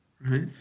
right